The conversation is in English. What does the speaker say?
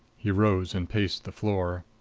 he rose and paced the floor.